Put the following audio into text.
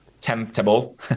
temptable